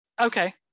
okay